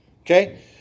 Okay